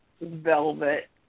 velvet